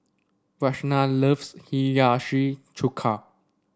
Ragna loves Hiyashi Chuka